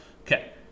Okay